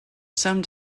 some